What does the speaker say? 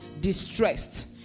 distressed